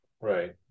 Right